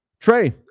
Trey